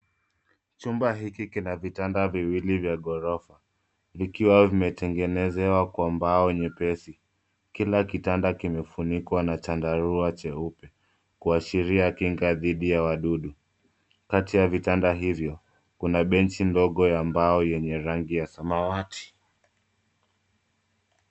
Chumba hiki kina vitanda viwili vya gorofa vikiwa vimetengenezewa kwa mbao nyepesi. Kila kitanda kimefunikwa na chandarua cheupe kuashiria kinga dhidi ya wadudu. Kati ya vitanda hivyo, kuna benchi ndogo ya mbao yenye rangi ya samawati.